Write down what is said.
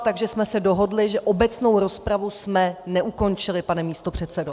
Takže jsme se dohodli, že jsme obecnou rozpravu neukončili, pane místopředsedo.